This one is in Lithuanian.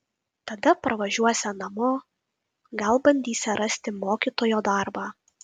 tada parvažiuosią namo gal bandysią rasti mokytojo darbą